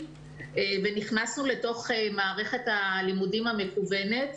ונכנסנו לתוך מערכת הלימודים המקוונת.